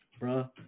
bruh